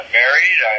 married